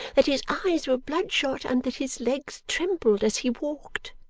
that his eyes were bloodshot, and that his legs trembled as he walked.